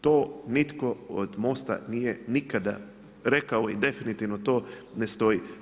To nitko od MOST-a nije nikada rekao i definitivno to ne stoji.